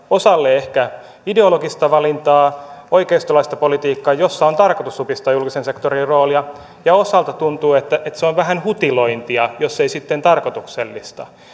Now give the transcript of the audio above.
osalle ehkä sellaista ideologista valintaa oikeistolaista politiikkaa jossa on tarkoituskin supistaa julkisen sektorin roolia ja osan kohdalla tuntuu että se on vähän hutilointia jos ei sitten tarkoituksellista